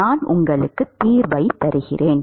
நான் உங்களுக்கு தீர்வு தருகிறேன்